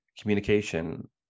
communication